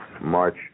March